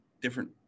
different